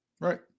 Right